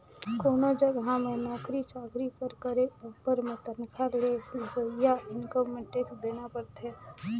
कोनो जगहा में नउकरी चाकरी कर करे उपर में तनखा ले होवइया इनकम में टेक्स देना परथे